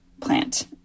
plant